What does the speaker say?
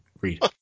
read